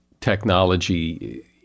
technology